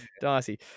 dicey